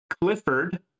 Clifford